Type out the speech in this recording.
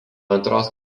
antros